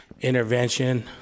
intervention